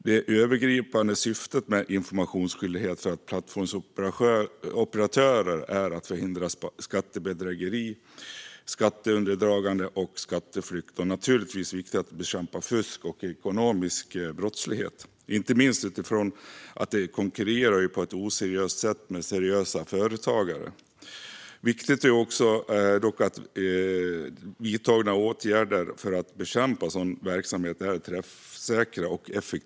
Det övergripande syftet med en informationsskyldighet för plattformsoperatörer är att förhindra skattebedrägeri, skatteundandragande och skatteflykt, och det är naturligtvis viktigt att bekämpa fusk och ekonomisk brottslighet, inte minst med tanke på att det på ett oseriöst sätt konkurrerar med seriösa företagare. Viktigt är dock att vidtagna åtgärder för att bekämpa sådan verksamhet är träffsäkra och effektiva.